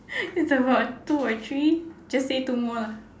it's about two or three just say two more lah